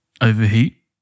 overheat